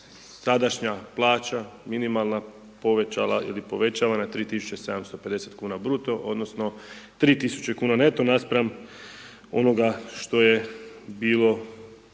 sadašnja plaća, minimalna, povećala ili povećava na 3750 kuna bruto odnosno 3000 kuna neto, naspram onoga što je bilo